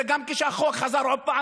חברים,